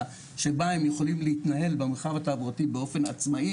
שבה הם יכולים להתנהל במרחב התעבורתי באופן עצמאי